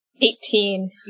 Eighteen